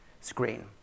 screen